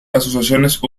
asociaciones